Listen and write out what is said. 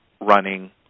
running